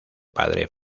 padre